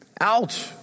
Ouch